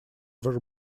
were